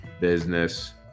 business